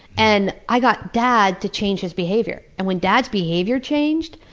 and i got dad to change his behavior. and when dad's behavior changed,